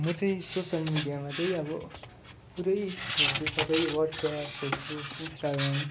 म चाहिँ सोसियल मिडियामा चाहिँ अब पुरै हेर्छु सबै वाट्सएप फेसबुक इन्स्टाग्राम